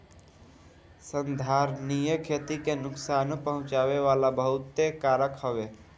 संधारनीय खेती के नुकसानो पहुँचावे वाला बहुते कारक हवे